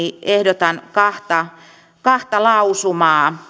ehdotan kahta kahta lausumaa